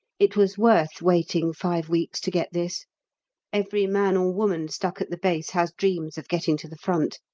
it was worth waiting five weeks to get this every man or woman stuck at the base has dreams of getting to the front,